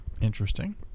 Interesting